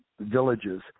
villages